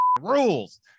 rules